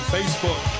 Facebook